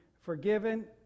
forgiven